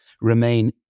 remain